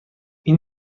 این